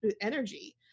energy